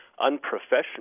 unprofessional